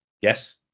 Yes